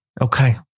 okay